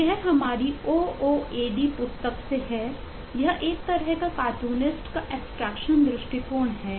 तो यह हमारी ओ ओ ए डी दृष्टिकोण है